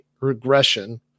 regression